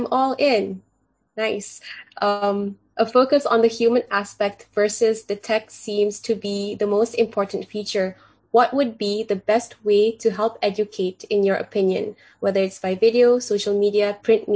am all in nice focus on the human aspect versus the tech seems to be the most important feature what would be the best way to help educate in your opinion whether it's by video social media print